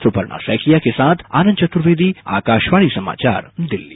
सुपर्णा सैकिया के साथ आनंद चतुर्वेदी आकाशवाणी समाचार दिल्ली